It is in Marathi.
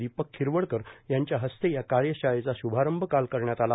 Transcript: दीपक खीरवडकर यांच्या हस्ते या कार्यशाळेचा श्रुभारंभ काल करण्यात आला